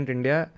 India